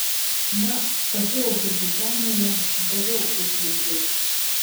na pasirausiau kišenėje daviau puslitriui